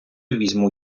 візьму